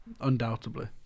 undoubtedly